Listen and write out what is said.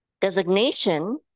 designation